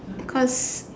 because